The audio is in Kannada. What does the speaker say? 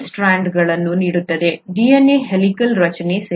DNA ಹೆಲಿಕಲ್ ರಚನೆ ಸರಿ